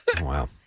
Wow